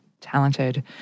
talented